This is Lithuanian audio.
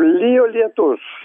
lijo lietus